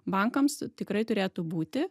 bankams tikrai turėtų būti